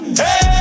hey